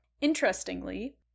Interestingly